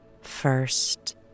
First